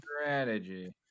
strategy